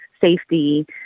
safety